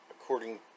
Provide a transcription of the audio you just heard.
according